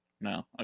no